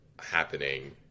happening